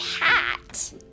hat